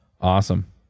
Awesome